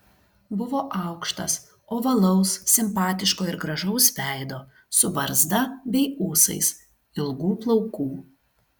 buvo aukštas ovalaus simpatiško ir gražaus veido su barzda bei ūsais ilgų plaukų